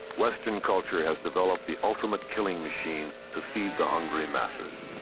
western culture has developed the ultimate killing machine to feed the hungry masses.